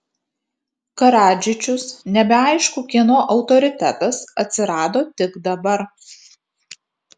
karadžičius nebeaišku kieno autoritetas atsirado tik dabar